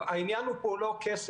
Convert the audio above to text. העניין פה הוא לא כסף.